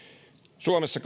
suomessa